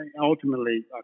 ultimately